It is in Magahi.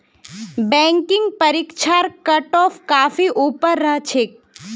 बैंकिंग परीक्षार कटऑफ काफी ऊपर रह छेक